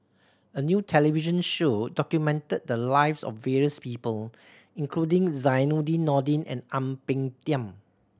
a new television show documented the lives of various people including Zainudin Nordin and Ang Peng Tiam